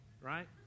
Right